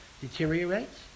deteriorates